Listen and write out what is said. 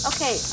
Okay